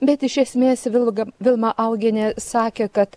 bet iš esmė vilga vilma augienė sakė kad